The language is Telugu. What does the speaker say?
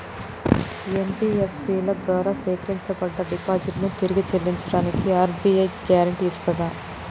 ఎన్.బి.ఎఫ్.సి ల ద్వారా సేకరించబడ్డ డిపాజిట్లను తిరిగి చెల్లించడానికి ఆర్.బి.ఐ గ్యారెంటీ ఇస్తదా?